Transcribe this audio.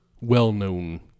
well-known